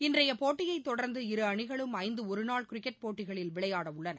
இன்றையப் போட்டியைத் தொடர்ந்து இரு அணிகளும் ஐந்து ஒருநாள் கிரிக்கெட் போட்டிகளில் விளையாடவுள்ளன